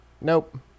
Nope